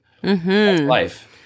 Life